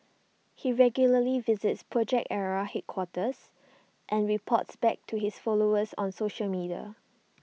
he regularly visits project Ara headquarters and reports back to his followers on social media